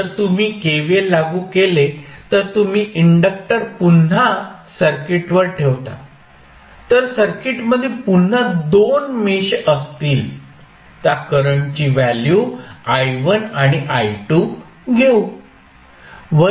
जर तुम्ही KVL लागू केले तर तुम्ही इंडक्टर पुन्हा सर्किटवर ठेवता तर सर्किटमध्ये पुन्हा दोन मेश असतील तर त्या करंटची व्हॅल्यू i1 आणि i2 घेऊ